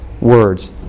words